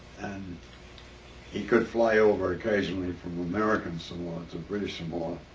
and he could fly over occasionally from american samoa to british samoa.